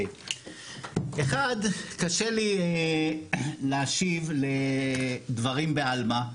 אחד, קשה לי להשיב לדברים בעלמא.